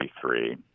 three